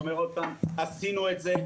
אני אומר שוב, עשינו את זה.